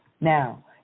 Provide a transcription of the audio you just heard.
Now